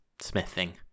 smithing